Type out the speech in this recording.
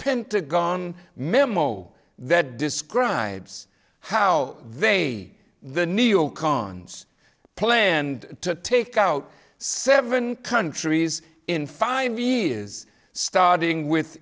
pentagon memo that describes how they the neo cons planned to take out seven countries in five years starting with